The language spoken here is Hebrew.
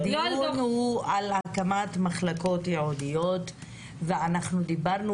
הדיון הוא על הקמת מחלקות ייעודיות ואנחנו דיברנו